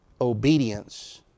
Obedience